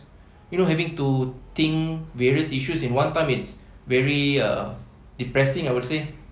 you know having to think various issues in one time it's very uh depressing I would say